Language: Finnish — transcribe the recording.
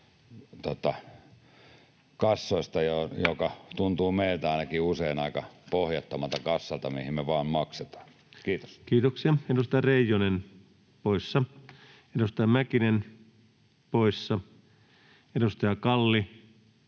koputtaa] joka tuntuu, meistä ainakin, usein aika pohjattomalta kassalta, mihin me vain maksetaan. — Kiitos. Kiitoksia. — Edustaja Reijonen poissa, edustaja Mäkinen poissa, edustaja Kalli